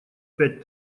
пять